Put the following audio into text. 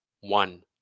one